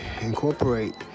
incorporate